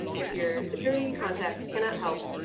if your security contact cannot help,